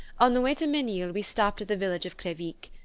on the way to menil we stopped at the village of crevic.